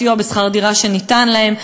בסיוע בשכר דירה שניתן להן,